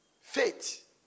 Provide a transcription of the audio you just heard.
Faith